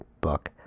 book